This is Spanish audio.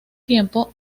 tiempo